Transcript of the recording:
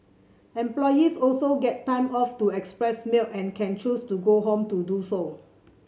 employees also get time off to express milk and can choose to go home to do so